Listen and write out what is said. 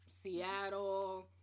Seattle